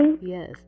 Yes